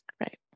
Right